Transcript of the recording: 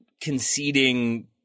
conceding